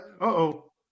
Uh-oh